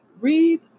Read